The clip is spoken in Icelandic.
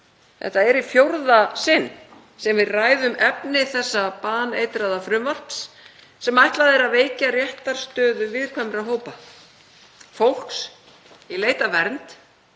þetta er í fjórða sinn sem við ræðum efni þessa baneitraða frumvarps sem ætlað er að veikja réttarstöðu viðkvæmra hópa, fólks í leit að vernd